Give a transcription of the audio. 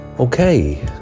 Okay